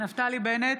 נפתלי בנט,